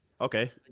Okay